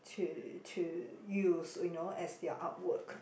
to to use you know as their artwork